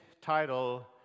title